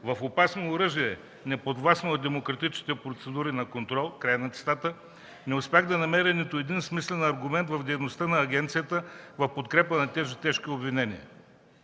в опасно оръжие, неподвластно на демократичните процедури на контрол”, не успях да намеря нито един смислен аргумент в дейността на агенцията в подкрепа на тези тежки обвинения.